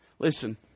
Listen